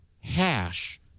hash